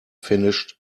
finished